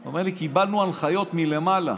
הוא אומר לי: קיבלנו הנחיות מלמעלה.